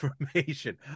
information